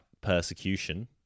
persecution